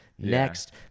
next